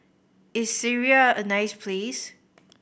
is Syria a nice place